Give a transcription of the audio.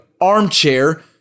ARMCHAIR